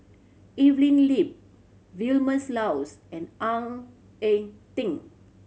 Evelyn Lip Vilma Laus and Ang Ah Tee